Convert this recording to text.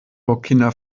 burkina